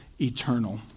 eternal